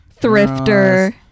thrifter